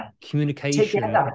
communication